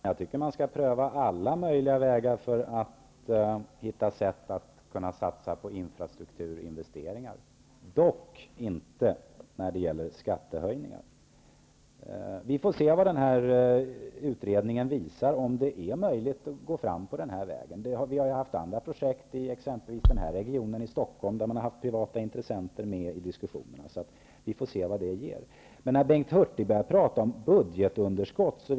Herr talman! Jag tycker att man skall pröva alla möjliga vägar att satsa på infrastrukturinvesteringar, dock inte skattehöjningar. Vi får se om utredningen visar att det är möjligt att få fram pengar från privata intressenter. Vi har haft andra projekt, exempelvis i Stockholmsregionen, där privata intressen har varit med i diskussionen. Låt oss avvakta vad utredningen kommer fram till. Bengt Hurtig nämnde budgetunderskottet.